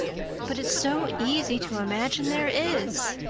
but it's so easy to imagine there is,